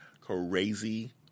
Crazy